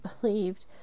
believed